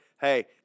Hey